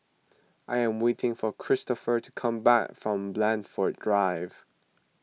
I am waiting for Kristofer to come back from Blandford Drive